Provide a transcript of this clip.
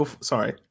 Sorry